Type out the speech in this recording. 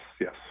Yes